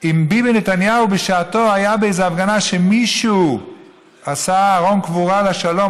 אם ביבי נתניהו בשעתו היה באיזו הפגנה שמישהו עשה ארון קבורה לשלום,